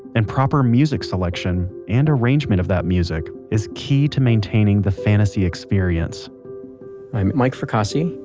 and proper music selection and arrangement of that music is key to maintaining the fantasy experience i'm mike fracassi,